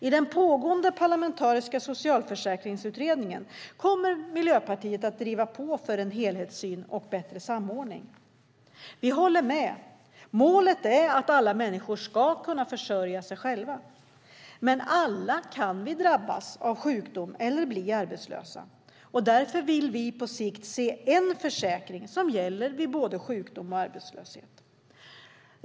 I den pågående parlamentariska socialförsäkringsutredningen kommer Miljöpartiet att driva på för en helhetssyn och bättre samordning. Vi håller med; målet är att alla människor ska kunna försörja sig själva. Men alla kan vi drabbas av sjukdom eller bli arbetslösa. Därför vill vi på sikt se en försäkring som gäller vid både sjukdom och arbetslöshet.